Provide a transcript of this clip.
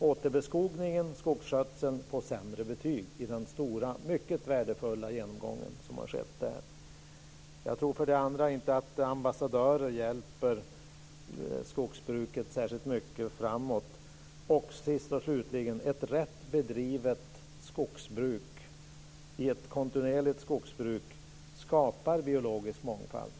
Återbeskogningen och skogsskötseln får sämre betyg i den stora, mycket värdefulla genomgång som har skett där. Jag tror inte att ambassadörer hjälper skogsbruket särskilt mycket framåt. Sist och slutligen kan ett rätt bedrivet skogsbruk, i ett kontinuerligt skogsbruk, skapa biologisk mångfald.